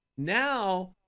now